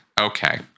Okay